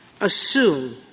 Assume